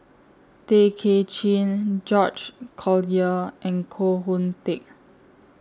Tay Kay Chin George Collyer and Koh Hoon Teck